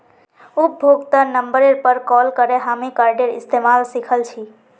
उपभोक्तार नंबरेर पर कॉल करे हामी कार्डेर इस्तमाल सिखल छि